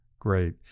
Great